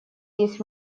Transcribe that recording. есть